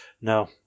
no